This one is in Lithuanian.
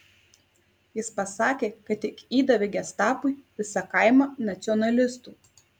jis pasakė kad tik įdavė gestapui visą kaimą nacionalistų